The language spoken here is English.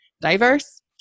diverse